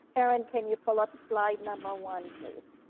erin can you pull up slide number one, please?